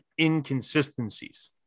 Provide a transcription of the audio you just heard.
inconsistencies